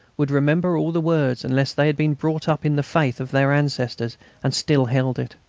would remember all the words unless they had been brought up in the faith of their ancestors and still held it?